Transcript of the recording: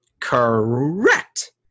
correct